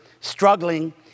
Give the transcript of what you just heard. struggling